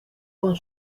con